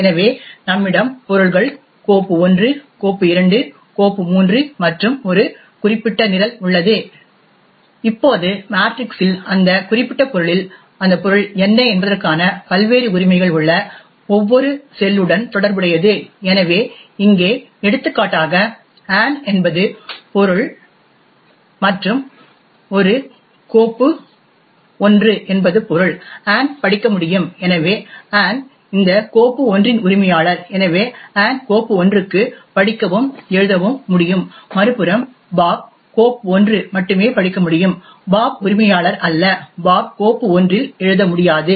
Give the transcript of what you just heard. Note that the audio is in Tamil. எனவே நம்மிடம் பொருள்கள் கோப்பு 1 கோப்பு 2 கோப்பு 3 மற்றும் ஒரு குறிப்பிட்ட நிரல் உள்ளது இப்போது மேட்ரிக்ஸில் அந்த குறிப்பிட்ட பொருளில் அந்த பொருள் என்ன என்பதற்கான பல்வேறு உரிமைகள் உள்ள ஒவ்வொரு செல் உடன் தொடர்புடையது எனவே இங்கே எடுத்துக்காட்டாக ஆன் என்பது பொருள் மற்றும் ஒரு கோப்பு1 என்பது பொருள் ஆன் படிக்க முடியும் எனவே ஆன் இந்த கோப்பு1 இன் உரிமையாளர் எனவே ஆன் கோப்பு1 க்கு படிக்கவும் எழுதவும் முடியும் மறுபுறம் பாப் கோப்பு1 மட்டுமே படிக்க முடியும் பாப் உரிமையாளர் அல்ல பாப் கோப்பு 1 இல் எழுத முடியாது